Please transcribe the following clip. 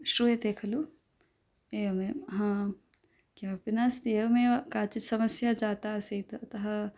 श्रूयते खलु एवमेवं किमपि नास्ति एवमेव काचित् समस्या जाता आसीत् अतः